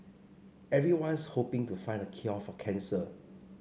everyone's hoping to find the cure for cancer